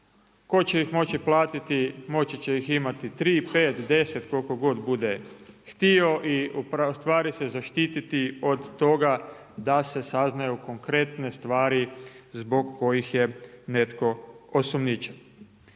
Tko će ih moći platiti moći će ih imati 3, 5, 10, koliko god tko bude htio i ustvari se zaštiti od toga da se saznaju konkretne stvari zbog kojih je netko osumnjičen.